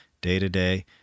day-to-day